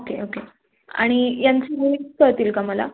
okay okay आणि यांची rate कळतील का मला